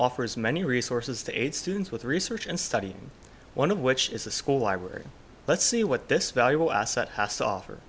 offers many resources to aid students with research and study one of which is a school library let's see what this valuable asset class offer